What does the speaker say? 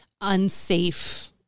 unsafe